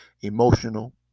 emotional